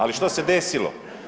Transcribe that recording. Ali što se desilo.